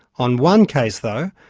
on one case though,